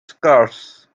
scarce